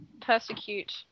Persecute